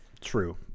true